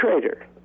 trader